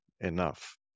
enough